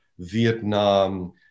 Vietnam